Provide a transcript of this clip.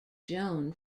joan